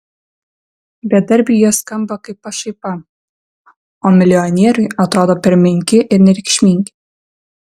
bedarbiui jie skamba kaip pašaipa o milijonieriui atrodo per menki ir nereikšmingi